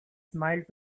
smiled